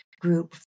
group